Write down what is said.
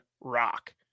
rock